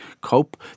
cope